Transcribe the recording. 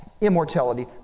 immortality